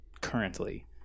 currently